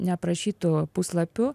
neaprašytų puslapių